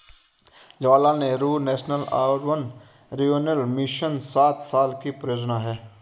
Jawaharlal Nehru national urban renewal mission सात साल की परियोजना है